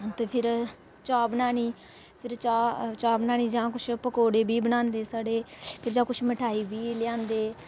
ते फिर चाह् बनानी फिर चाह् चाह् बनानी जां कुछ पकौड़े बी बनांदे साढ़े फिर जां कुछ मठेआई बी लेआंदे